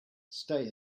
stay